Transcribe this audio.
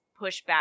pushback